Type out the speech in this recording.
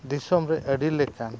ᱫᱤᱥᱚᱢ ᱨᱮ ᱟᱹᱰᱤ ᱞᱮᱠᱟᱱ